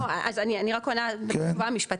אז אני רק עונה בתשובה משפטית,